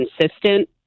consistent